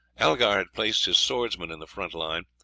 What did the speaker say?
algar had placed his swordsmen in the front line,